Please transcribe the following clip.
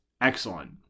excellent